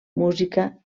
música